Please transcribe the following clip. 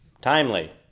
Timely